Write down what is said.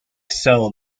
cell